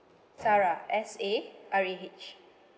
sarah S A R A H